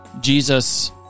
Jesus